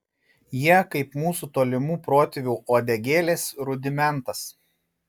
jie kaip mūsų tolimų protėvių uodegėlės rudimentas